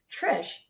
Trish